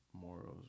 morals